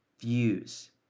Views